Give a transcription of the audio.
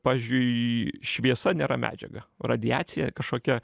pavyzdžiui šviesa nėra medžiaga radiacija kažkokia